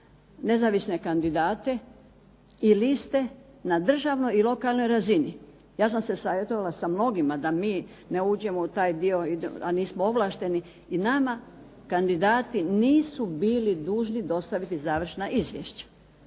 nezavisne kandidate i liste na državnoj i lokalnoj razini. Ja sam se savjetovala sa mnogima da mi ne uđemo u taj dio, a nismo ovlašteni i nama kandidati nisu bili dužni dostaviti završna izvješća,